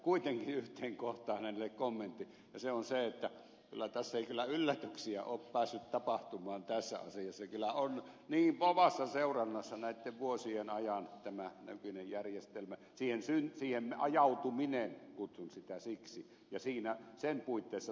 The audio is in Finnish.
kuitenkin yhteen kohtaan hänelle kommentti ja se on se että tässä ei kyllä yllätyksiä ole päässyt tapahtumaan tässä asiassa kyllä on niin kovassa seurannassa näitten vuosien ajan ollut tämä nykyinen järjestelmä siihen ajautuminen kutsun sitä siksi ja sen puitteissa toimiminen